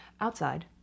outside